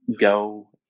go